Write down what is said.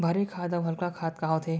भारी खाद अऊ हल्का खाद का होथे?